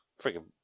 Freaking